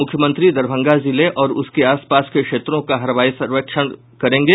मुख्यमंत्री दरभंगा जिले और उसके आसपास के क्षेत्रों का हवाई सर्वेक्षण करेंगे